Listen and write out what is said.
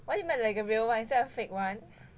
what do you mean like a real one is there a fake one